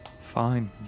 Fine